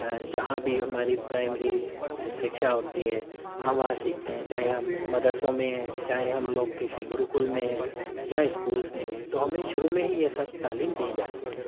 جہاں بھی ہماری پرائمری شکشا ہوتی ہے ہم وہاں سیکھتے ہیں چاہے ہم مدرسوں میں ہیں چاہے ہم لوگ کسی گروکل میں ہیں یا اسکولس میں ہیں تو ہمیں شروع میں ہی یہ سب تعلیم دی جاتی ہے